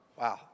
wow